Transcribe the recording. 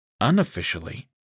Unofficially